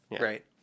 right